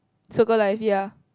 circle life ya